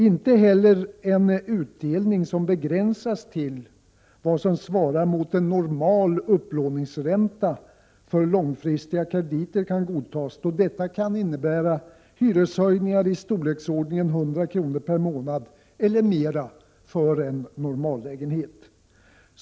Inte heller en utdelning som begränsas till vad som svarar mot en normal upplåningsränta för långfristiga krediter kan godtas, då detta kan innebära hyreshöjningar i storleksordningen 100 kr. per månad eller mera för en normallägenhet.